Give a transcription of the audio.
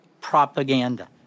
propaganda